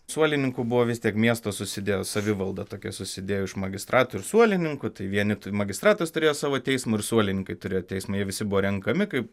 suolininkų buvo vis tiek miestas susidėjo savivalda tokia susidėjo iš magistrato ir suolininkų tai vienetui magistratas turėjo savo teismą ir suolininkai turėjo teismą jie visi buvo renkami kaip